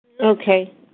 Okay